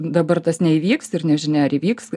dabar tas neįvyks ir nežinia ar įvyks